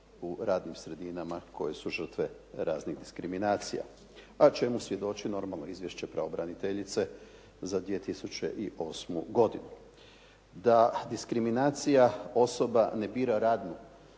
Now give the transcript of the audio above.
u radnim sredinama koje su žrtve raznih diskriminacija, a čemu svjedoče normalno izvješće pravobraniteljice za 2008. godinu. Da diskriminacija osoba ne bira radnu